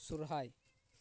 ᱥᱚᱦᱚᱨᱟᱭ